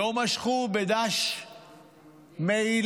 לא משכו בדש מעילי.